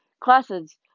classes